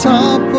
top